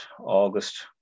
August